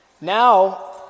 now